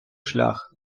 шлях